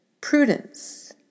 prudence